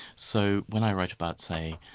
so when i write about say,